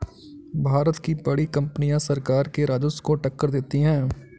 भारत की बड़ी कंपनियां सरकार के राजस्व को टक्कर देती हैं